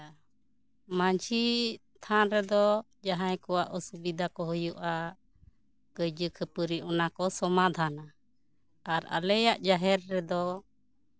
ᱢᱟᱹᱡᱷᱤ ᱛᱷᱟᱱ ᱨᱮᱫᱚ ᱡᱟᱦᱟᱭ ᱠᱚᱣᱟᱜ ᱚᱥᱩᱵᱤᱫᱷᱟ ᱦᱩᱭᱩᱜᱼᱟ ᱠᱟᱹᱭᱡᱟᱹ ᱠᱷᱟᱹᱯᱟᱨᱤ ᱚᱱᱟ ᱠᱚ ᱥᱚᱢᱟᱫᱷᱟᱱᱟ ᱟᱨ ᱟᱞᱮᱭᱟᱜ ᱡᱟᱦᱮᱨ ᱨᱮᱫᱚ